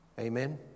Amen